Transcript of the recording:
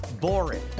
boring